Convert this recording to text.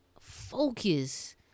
Focus